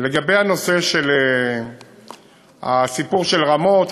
לגבי הסיפור של רמות,